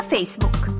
Facebook